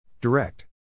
Direct